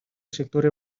sektore